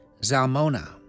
Zalmona